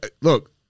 look